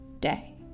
day